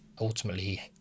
ultimately